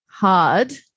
hard